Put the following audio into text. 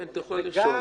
כן, אתה יכול לרשום.